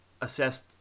assessed